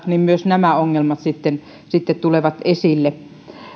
niin myös nämä ongelmat tulevat esille